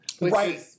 Right